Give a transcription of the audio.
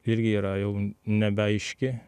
irgi yra jau nebeaiški